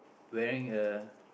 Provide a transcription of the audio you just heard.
wearing a